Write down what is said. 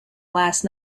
last